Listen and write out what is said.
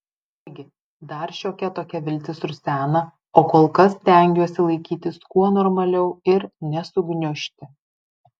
taigi dar šiokia tokia viltis rusena o kol kas stengiuosi laikytis kuo normaliau ir nesugniužti